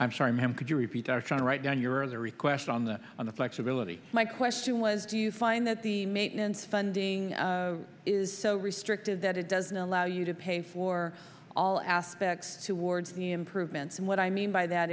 i'm sorry ma'am could you repeat are trying to write down your the request on the on the flexibility my question was do you find that the maintenance funding is so restricted that it doesn't allow you to pay for all aspects towards the improvements and what i mean by that